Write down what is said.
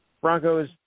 Broncos